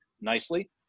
nicely